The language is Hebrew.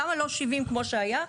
למה לא 70 כמו שהיה?